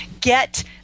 get